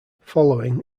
following